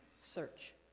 search